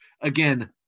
Again